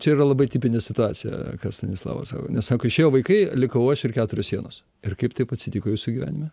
čia yra labai tipinė situacija ką stanislava sako nes sako išėjo vaikai likau aš ir keturios sienos ir kaip taip atsitiko jūsų gyvenime